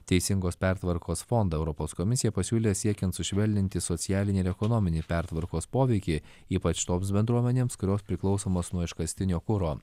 teisingos pertvarkos fondo europos komisija pasiūlė siekiant sušvelninti socialinį ir ekonominį pertvarkos poveikį ypač toms bendruomenėms kurios priklausomos nuo iškastinio kuro